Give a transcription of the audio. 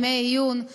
ימי עיון,